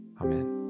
Amen